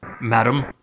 madam